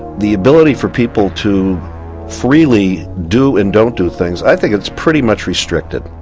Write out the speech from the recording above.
the ability for people to freely do and don't do things, i think it's pretty much restricted,